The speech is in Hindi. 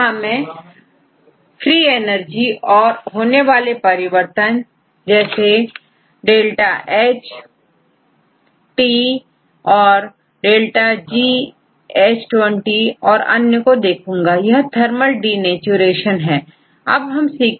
यहां मैं ΔG और होने वाले परिवर्तन ΔH and ΔTm and the ΔGH2O तथा अन्य को देखूंगा यह थर्मल डिनेचुरेशन डीनटूरेंटरेंट डिनेचुरेशन मेल्टिंग टेंपरेचरहै